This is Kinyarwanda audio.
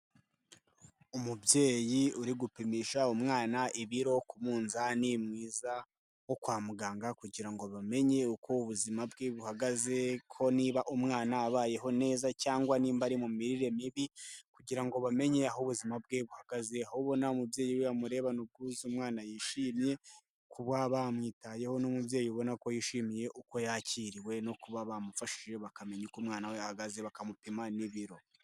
Umubyeyi urigupimisha umwana ibiro ku munzani mwiza wo kwa muganga kugira ngo bamenye uko ubuzima bwe buhagaze, ko niba umwana abayeho neza cyangwa nimba ari mu mirire mibi kugira ngo bamenye aho ubuzima bwe buhagaze. Aho ubona umubyeyi wiwe amurebana ubwuzu umwana yishimiye kuba bamwitayeho, n'umubyeyi ubona ko yishimiye uko yakiriwe no kuba bamufashije bakamenya uko umwana we ahagaze bakamupima n'ibiro.